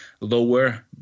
lower